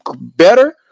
better